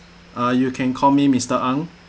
uh you can call me mister ang